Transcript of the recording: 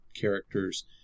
characters